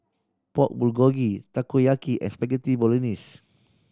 Pork Bulgogi Takoyaki and Spaghetti Bolognese